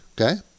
Okay